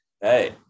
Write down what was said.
hey